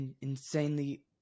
insanely